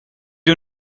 you